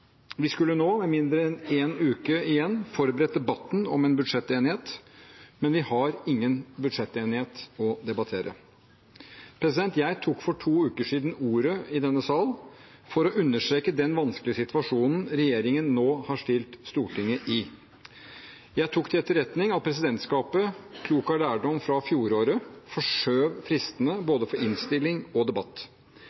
Vi skulle nå, med mindre enn en uke igjen, forberedt debatten om en budsjettenighet. Men vi har ingen budsjettenighet å debattere. Jeg tok for to uker siden ordet i denne sal for å understreke den vanskelige situasjonen regjeringen nå har stilt Stortinget i. Jeg tok til etterretning at presidentskapet, klok av lærdom fra fjoråret, forskjøv fristene